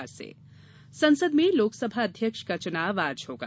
लोकसभा अध्यक्ष चुनाव संसद में लोकसभा अध्यक्ष का चुनाव आज होगा